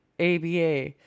ABA